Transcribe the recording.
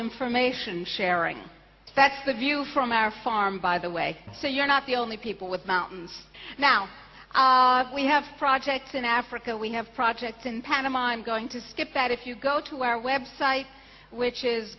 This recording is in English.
information sharing that's the view from our farm by the way so you're not the only people with mountains now we have projects in africa we have projects in panama i'm going to skip that if you go to our web site which is